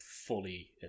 fully